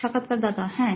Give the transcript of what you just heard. সাক্ষাৎকারদাতা হ্যাঁ